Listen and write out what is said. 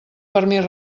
permís